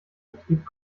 betrieb